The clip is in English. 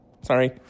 Sorry